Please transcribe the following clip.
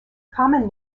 common